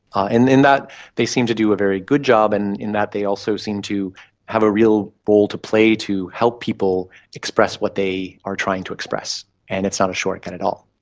and in that they seem to do a very good job and in that they also seem to have a real role to play to help people express what they are trying to express, and it's not a shortcut at all.